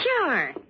sure